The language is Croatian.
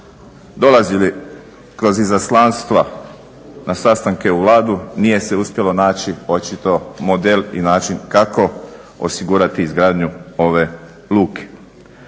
dolazili kroz izaslanstva na sastanke u Vladu nije se uspjelo naći očito model i način kako osigurati izgradnju ove luke.